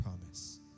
promise